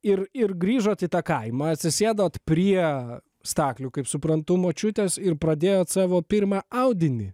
ir ir grįžot į tą kaimą atsisėdot prie staklių kaip suprantu močiutės ir pradėjot savo pirmą audinį